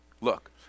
Look